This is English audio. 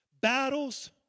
Battles